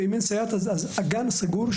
ואם אין סייעת אז הגן הוא סגור,